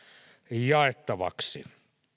jaettavaksi